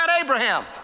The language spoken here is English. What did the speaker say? Abraham